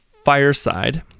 fireside